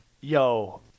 yo